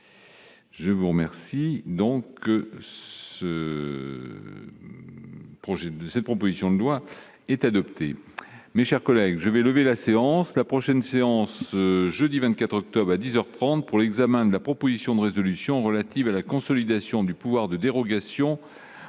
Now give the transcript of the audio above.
ce projet de cette proposition de loi est adopté. Mes chers collègues, je vais lever la séance, la prochaine séance, jeudi 24 octobre à 10 heures prendre pour l'examen de la proposition de résolution relative à la consolidation du pouvoir de dérogation